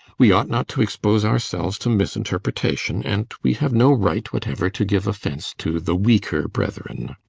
we ought not to expose ourselves to misinterpretation and we have no right whatever to give offence to the weaker brethren.